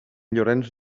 llorenç